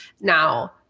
Now